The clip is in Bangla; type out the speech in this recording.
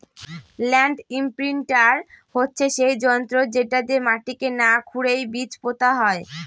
ল্যান্ড ইমপ্রিন্টার হচ্ছে সেই যন্ত্র যেটা দিয়ে মাটিকে না খুরেই বীজ পোতা হয়